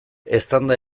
eztanda